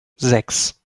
sechs